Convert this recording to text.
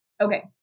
Okay